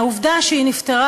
היה: חבר, נפטרה